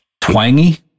twangy